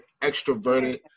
extroverted